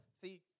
see